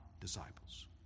disciples